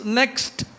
next